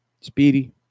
speedy